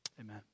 amen